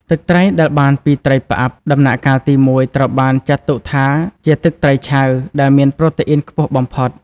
ទឹកត្រីដែលបានពី ត្រីផ្អាប់ ដំណាក់កាលទីមួយត្រូវបានចាត់ទុកថាជា ទឹកត្រីឆៅ ដែលមានប្រូតេអ៊ីនខ្ពស់បំផុត។